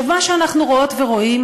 מה שאנחנו רואות ורואים